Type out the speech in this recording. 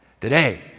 Today